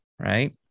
right